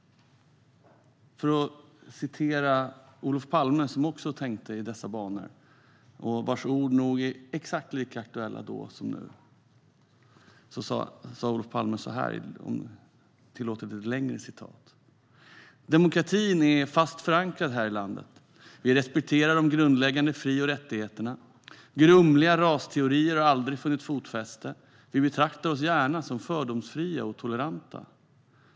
För att citera Olof Palme, som också tänkte i dessa banor och vars ord nog är exakt lika aktuella nu som då: "Demokratin är fast förankrad här i landet. Vi respekterar de grundläggande fri och rättigheterna. Grumliga rasteorier har aldrig funnit fotfäste. Vi betraktar oss gärna som fördomsfria och toleranta.